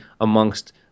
amongst